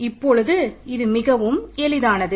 இப்பொழுது இது மிகவும் எளிதானது